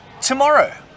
Tomorrow